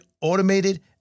automated